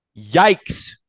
yikes